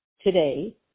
today